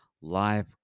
live